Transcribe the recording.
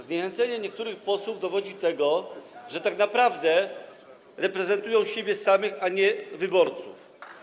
Zniechęcenie niektórych posłów dowodzi tego, że tak naprawdę reprezentują siebie samych, a nie wyborców.